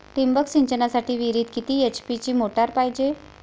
ठिबक सिंचनासाठी विहिरीत किती एच.पी ची मोटार पायजे?